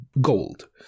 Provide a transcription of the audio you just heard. gold